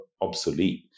obsolete